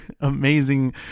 amazing